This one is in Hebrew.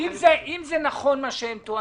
אם זה נכון מה שהם אומרים,